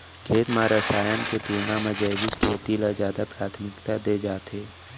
खेत मा रसायन के तुलना मा जैविक खेती ला जादा प्राथमिकता दे जाथे